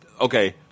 okay